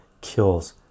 kills